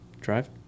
drive